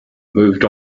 moved